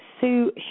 Sue